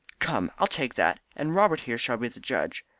come, i'll take that, and robert here shall be the judge.